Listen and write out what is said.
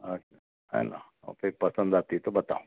अच्छा है ना ओके पसंद आती हो तो बताओ